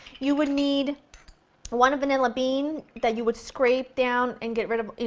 you would need one vanilla bean that you would scrape down and get rid of you